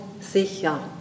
sicher